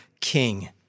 king